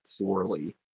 poorly